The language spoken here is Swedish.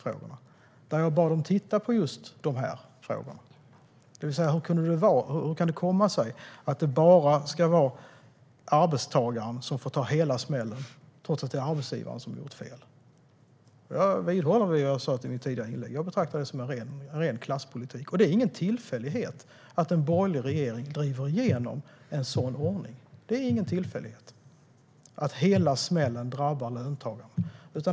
Jag bad utredningen att titta på just dessa frågor, det vill säga hur det kan komma sig att det är arbetstagaren som får ta hela smällen trots att det är arbetsgivaren som har gjort fel. Jag vidhåller det som jag sa i mitt tidigare inlägg. Jag betraktar det som en ren klasspolitik. Det är ingen tillfällighet att en borgerlig regering driver igenom en sådan ordning, det vill säga att löntagaren får ta hela smällen.